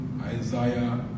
Isaiah